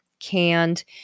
canned